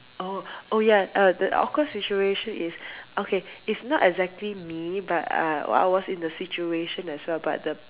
oh oh ya uh the awkward situation is okay is not exactly me but uh I was in the situation as well but the